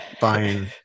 buying